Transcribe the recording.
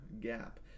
gap